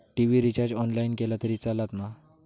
TV recharge online केला तरी चलात मा?